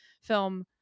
film